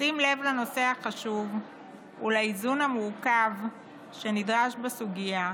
בשים לב לנושא החשוב ולאיזון המורכב שנדרש בסוגיה,